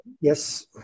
Yes